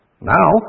Now